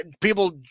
people